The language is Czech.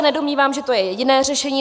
Nedomnívám se, že to je jediné řešení.